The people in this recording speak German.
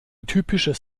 typisches